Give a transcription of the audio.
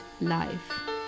life